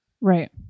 Right